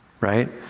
right